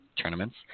tournaments